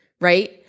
right